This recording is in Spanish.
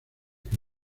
que